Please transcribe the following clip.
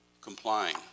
complying